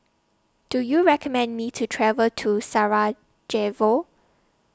Do YOU recommend Me to travel to Sarajevo